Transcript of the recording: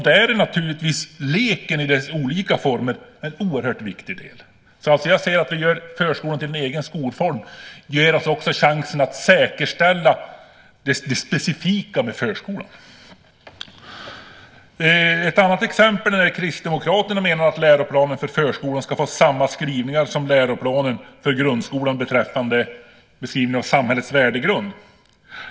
Där är naturligtvis leken i dess olika former en oerhört viktig del. När jag säger att vi gör förskolan till en egen skolform ger det oss också chansen att säkerställa det specifika med förskolan. Ett annat exempel är Kristdemokraterna, som menar att läroplanen för förskolan ska få samma skrivningar som läroplanen för grundskolan beträffande beskrivningen av samhällets värdegrund.